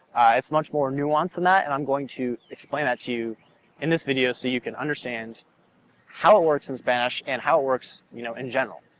it's much more nuanced than that, and i'm going to explain that to you in this video so you can understand how it works in spanish and how it works you know in general.